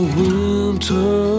winter